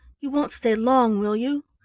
you won't stay long, will you?